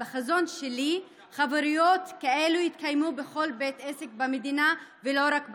בחזון שלי חברויות כאלו יתקיימו בכל בית עסק במדינה ולא רק בכנסת.